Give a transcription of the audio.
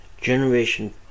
Generation